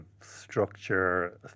structure